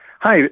hi